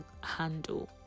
handle